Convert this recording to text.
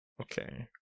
Okay